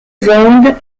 vendent